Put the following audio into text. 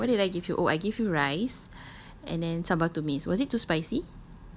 I can't remember what did I give you oh I give you rice and then sambal tumis was it too spicy